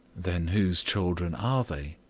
then whose children are they?